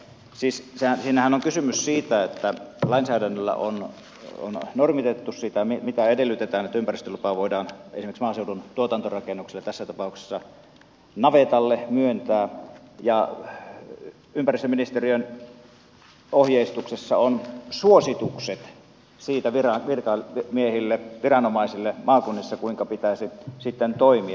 siis siinähän on kysymys siitä että lainsäädännöllä on normitettu sitä mitä edellytetään että ympäristölupa voidaan esimerkiksi maaseudun tuotantorakennuksille tässä tapauksessa navetalle myöntää ja ympäristöministeriön ohjeistuksessa on suositukset siitä virkamiehille viranomaisille maakunnissa kuinka pitäisi sitten toimia